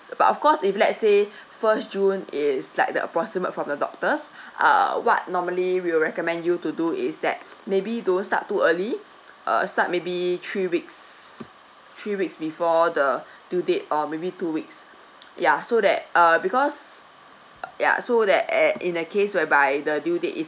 but of course if let's say first june is like the approximate from the doctors err what normally will recommend you to do is that maybe don't start too early err start maybe three weeks three weeks before the due date or maybe two weeks ya so that err because ya so that uh in a case whereby the due date is